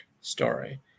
story